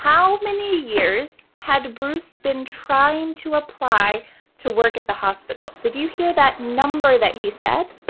how many years had bruce been trying to apply to work at the hospital? did you hear that number that he said?